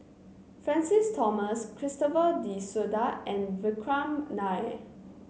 Francis Thomas Christopher De Souza and Vikram Nair